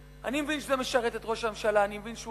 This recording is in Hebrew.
אני מבין שזה משרת את ראש הממשלה, אני מבין שהוא